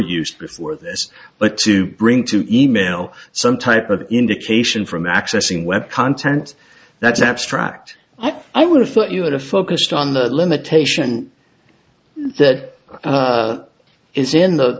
used before this but to bring to email some type of indication from accessing web content that's abstract i would have thought you had a focused on the limitation that is in the